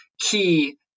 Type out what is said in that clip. key